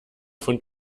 von